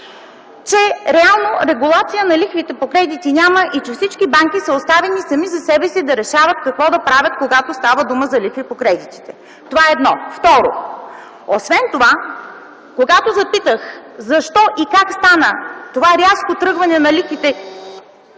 че реално регулация на лихвите по кредити няма и че всички банки са оставени сами за себе си да решават какво да правят, когато става дума за лихви по кредитите. Това е едно. Второ, когато запитах: защо и как стана това рязко тръгване на лихвите...